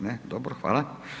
Ne, dobro, hvala.